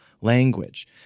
language